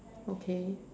okay